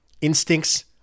Instincts